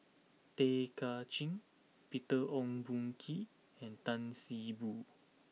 Tay Kay Chin Peter Ong Boon Kwee and Tan See Boo